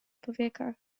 powiekach